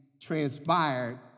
transpired